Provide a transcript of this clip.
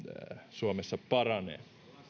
suomessa paranee